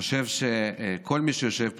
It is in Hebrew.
חושב שכל מי שיושב פה,